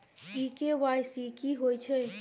इ के.वाई.सी की होय छै?